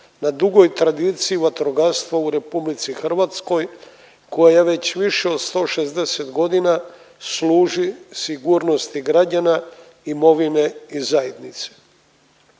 na dugoj tradiciji vatrogastva u RH koja već više od 160 godina služi sigurnosti građana, imovine i zajednice.